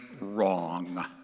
wrong